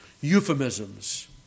euphemisms